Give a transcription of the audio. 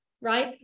right